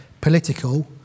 political